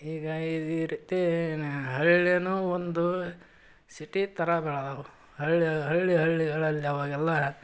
ಈಗ ಈ ರೀತಿ ಏನು ಹಳ್ಳಿಯೂ ಒಂದು ಸಿಟಿ ಥರ ಬೆಳ್ದಾವೆ ಹಳ್ಳಿ ಹಳ್ಳಿ ಹಳ್ಳಿಗಳಲ್ಲಿ ಅವಾಗೆಲ್ಲ